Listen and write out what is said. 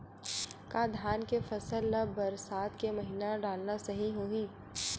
का धान के फसल ल बरसात के महिना डालना सही होही?